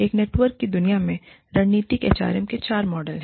एक नेटवर्क की दुनिया में रणनीतिक एचआरएम के चार मॉडल हैं